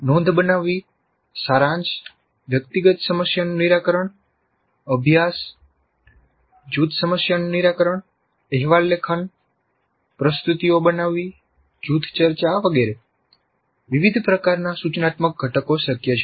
નોંધ બનાવવી સારાંશ વ્યક્તિગત સમસ્યાનું નિરાકરણ અભ્યાસ વ્યાયામ સમસ્યાઓના અર્થમાં જૂથ સમસ્યાનું નિરાકરણ અહેવાલ લેખન પ્રસ્તુતિઓ બનાવવી જૂથ ચર્ચા વગેરે વિવિધ પ્રકારના સૂચનાત્મક ઘટકો શક્ય છે